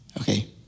Okay